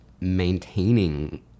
maintaining